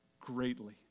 greatly